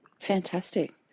Fantastic